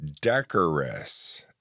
Decorous